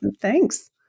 thanks